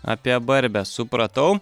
apie barbę supratau